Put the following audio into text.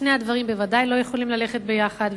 שני הדברים בוודאי לא יכולים ללכת ביחד,